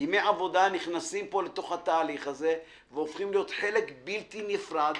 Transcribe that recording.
ימי עבודה נכסים פה לתוך התהליך הזה והופכים להיות חלק בלתי נפרד